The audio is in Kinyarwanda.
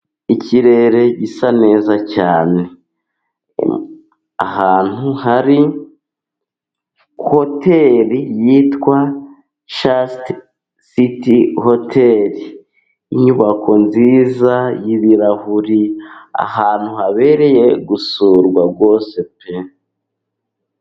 Ikirere gisa neza cyane. Ahantu hari hoteri yitwa Casiti siti hoteli. Inyubako nziza y'ibirahuri, ahantu habereye gusurwa rwose pe!